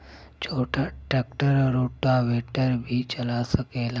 छोटा tractor rotavator भी चला सकेला?